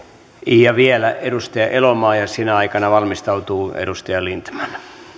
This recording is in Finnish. ja vielä edustaja elomaa ja sinä aikana valmistautuu edustaja lindtman